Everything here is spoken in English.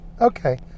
okay